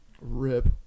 Rip